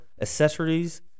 accessories